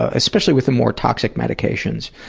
ah especially with the more toxic medications,